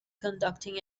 conducting